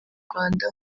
rwanda